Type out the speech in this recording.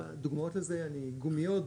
דוגמאות לזה גומיות,